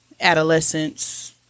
adolescence